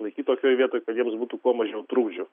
laikyt tokioj vietoj kad jiems būtų kuo mažiau trukdžių